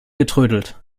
getrödelt